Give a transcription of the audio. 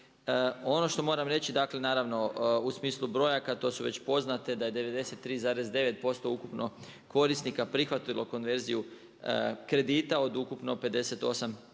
Ono što moram reći, dakle naravno u smislu brojaka to su već poznate da je 93,9% ukupno korisnika prihvatilo konverziju kredita od ukupno 58367